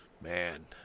Man